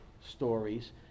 stories